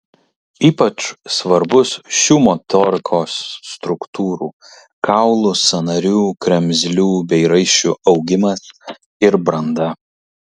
ypač svarbus šių motorikos struktūrų kaulų sąnarių kremzlių bei raiščių augimas ir branda